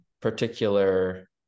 particular